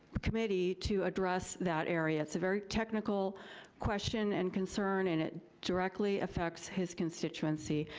committee to address that area. it's a very technical question and concern, and it directly affects his constituency,